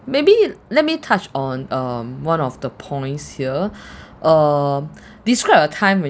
maybe let me touch on um one of the points here uh describe a time when